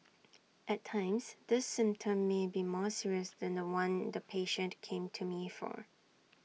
at times this symptom may be more serious than The One the patient came to me for